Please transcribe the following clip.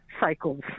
cycles